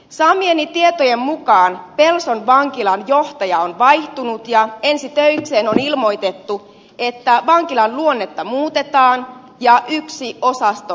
saamieni tietojen mukaan pelson vankilan johtaja on vaihtunut ja ensi töiksi on ilmoitettu että vankilan luonnetta muutetaan ja yksi osasto lakkautetaan